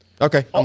Okay